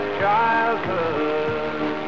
childhood